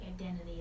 identity